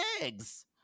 eggs